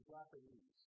Japanese